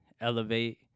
elevate